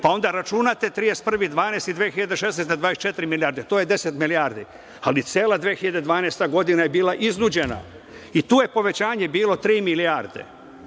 pa onda računate 31. decembar 2016. godine na 24 milijarde. To je 10 milijardi, ali cela 2012. godina je bila iznuđena i tu je povećanje bilo 3 milijarde.